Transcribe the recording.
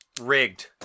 Rigged